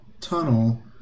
tunnel